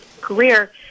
career